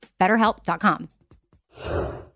BetterHelp.com